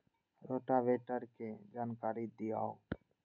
Rotavator के जानकारी दिआउ?